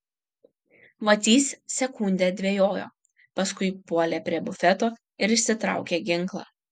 vacys sekundę dvejojo paskui puolė prie bufeto ir išsitraukė ginklą